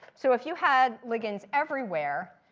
so if you had ligands everywhere,